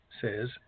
says